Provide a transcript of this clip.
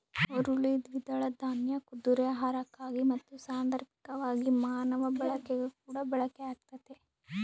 ಹುರುಳಿ ದ್ವಿದಳ ದಾನ್ಯ ಕುದುರೆ ಆಹಾರಕ್ಕಾಗಿ ಮತ್ತು ಸಾಂದರ್ಭಿಕವಾಗಿ ಮಾನವ ಬಳಕೆಗಾಗಿಕೂಡ ಬಳಕೆ ಆಗ್ತತೆ